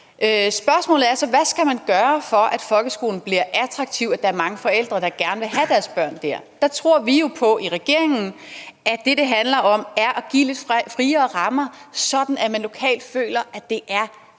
Spørgsmålet er så, hvad man skal gøre, for at folkeskolen bliver attraktiv og mange forældre gerne vil have deres børn der. Der tror vi jo i regeringen på, at det, det handler om, er at give lidt friere rammer, så man lokalt føler, at det er vores